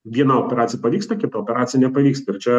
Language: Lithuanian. viena operacija pavyksta kita operacija nepavyksta ir čia